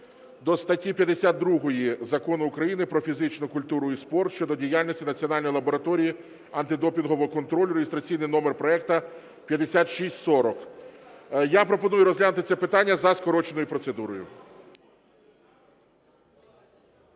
до статті 52 Закону України "Про фізичну культуру і спорт" щодо діяльності Національної лабораторії антидопінгового контролю (реєстраційний номер проекту 5640). Я пропоную розглянути це питання за скороченою процедурою.